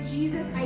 Jesus